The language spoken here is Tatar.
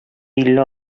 илле